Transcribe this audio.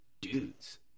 dudes